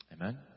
Amen